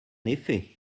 effet